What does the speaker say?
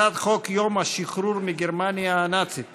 הצעת חוק לתיקון פקודת התעבורה (מס' 122),